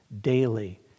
daily